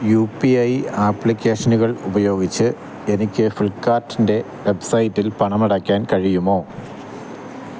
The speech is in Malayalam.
യു പി ഐ ആപ്ലിക്കേഷനുകൾ ഉപയോഗിച്ച് എനിക്ക് ഫ്ലിപ്പ്കാർട്ട്ൻ്റെ വെബ്സൈറ്റിൽ പണമടയ്ക്കാൻ കഴിയുമോ